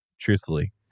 truthfully